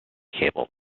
cable